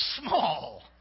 small